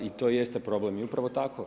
I to jest problem i upravo tako.